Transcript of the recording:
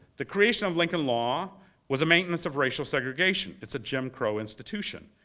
the creation of lincoln law was a maintenance of racial segregation. it's a jim crow institution.